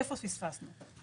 איפה פספסנו?